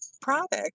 product